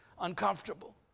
uncomfortable